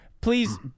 please